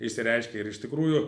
išsireiškia ir iš tikrųjų